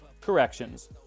corrections